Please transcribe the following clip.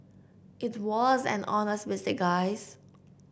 it was an honest mistake guys